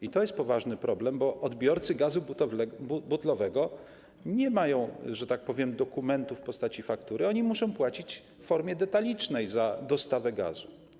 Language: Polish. I to jest poważny problem, bo odbiorcy gazu butlowego nie mają, że tak powiem, dokumentu w postaci faktury, oni muszą płacić w formie detalicznej za dostawę gazu.